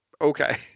Okay